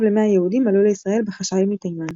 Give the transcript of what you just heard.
ל-100 יהודים עלו לישראל בחשאי מתימן.